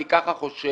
אני ככה חושב.